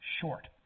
short